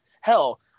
Hell